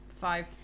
five